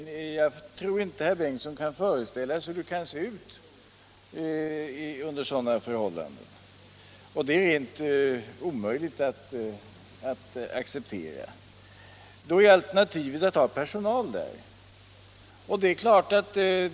Jag tror inte att herr Karl Bengtsson i Varberg kan föreställa sig hur det kan se ut under sådana förhållanden. Det är helt omöjligt att acceptera det, och då är alternativet att ha personal i väntsalarna.